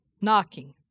Knocking